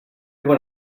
went